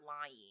lying